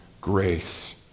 grace